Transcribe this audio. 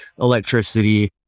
electricity